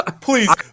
Please